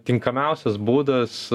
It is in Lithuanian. tinkamiausias būdas